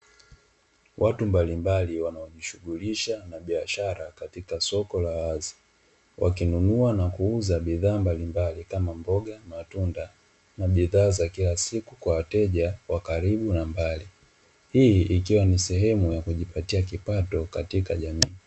Watu mbalimbali wanajishughisha na biashara katika soko la wazi. Wakinunua na kuuza bidhaa mbalimbali kama mboga, matunda na bidhaa za kila siku kwa wateja wa karibu na mbali. Hii ikiwa ni sehemu ya kujipatia kipato katika jamii.